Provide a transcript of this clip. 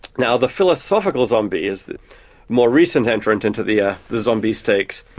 now the philosophical zombie is the more recent entrant into the ah the zombie stakes.